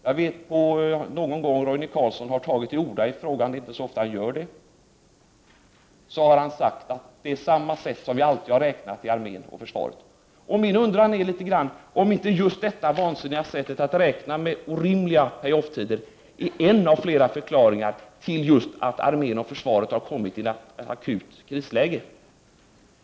När Roine Carlsson någon gång tagit till orda i frågan — det är inte så ofta han har gjort det — har han sagt att detta är det sätt som vi alltid har räknat på i armén och försvaret. Jag undrar då om inte just det vansinniga sättet att räkna — att använda orimliga pay-off-tider — är en av flera förklaringar till att armén och försvaret har kommit i akut krisläge.